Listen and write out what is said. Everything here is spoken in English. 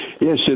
yes